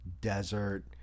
desert